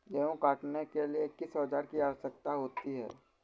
गेहूँ काटने के लिए किस औजार की आवश्यकता होती है?